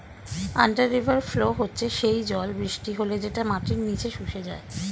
under river flow হচ্ছে সেই জল বৃষ্টি হলে যেটা মাটির নিচে শুষে যায়